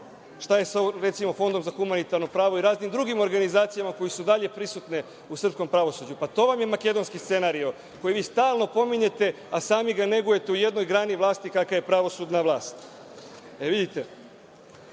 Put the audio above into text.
Šta je, recimo, sa Fondom za humanitarno pravo i raznim drugim organizacijama koje su i dalje prisutne u srpskom pravosuđu? To vam je makedonski scenario koji vi stalno pominjete, a sami ga negujete u jednoj grani vlasti kakva je pravosudna vlast. Hteo